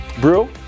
Brew